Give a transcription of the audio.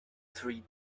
three